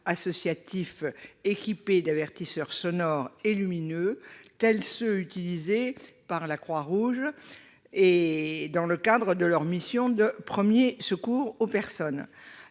associatifs équipés d'avertisseurs sonores et lumineux, tels ceux qui sont utilisés par la Croix-Rouge, dans le cadre de leur mission de premiers secours aux personnes.